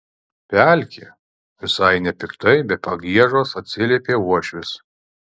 pelkė visai nepiktai be pagiežos atsiliepė uošvis